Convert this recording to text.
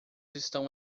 estão